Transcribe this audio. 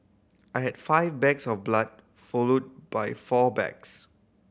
I had five bags of blood followed by four bags